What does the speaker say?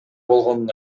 болгонун